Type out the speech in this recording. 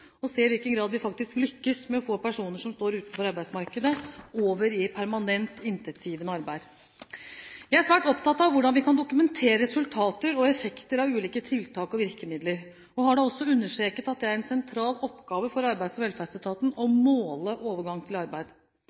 og se i hvilken grad vi faktisk lykkes med å få personer som står utenfor arbeidsmarkedet, over i permanent, inntektsgivende arbeid. Jeg er svært opptatt av hvordan vi kan dokumentere resultater og effekter av ulike tiltak og virkemidler, og har da også understreket at det er en sentral oppgave for Arbeids- og velferdsetaten å måle overgang til arbeid.